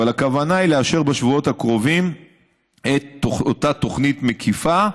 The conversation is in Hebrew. אבל הכוונה היא לאשר בשבועות הקרובים את אותה תוכנית מקיפה,